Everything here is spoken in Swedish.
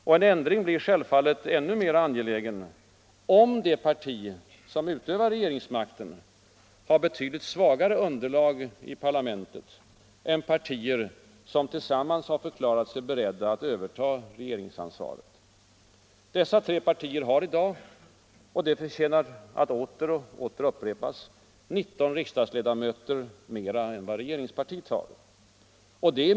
Och en ändring blir självfallet ännu mera angelägen, om det parti som utövar regeringsmakten har betydligt svagare underlag i parlamentet än partier som tillsammans förklarat sig beredda att överta regeringsansvaret. Dessa tre partier har i dag — detta förtjänar att åter och åter upprepas — 19 riksdagsledamöter mer än regeringspartiet.